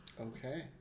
Okay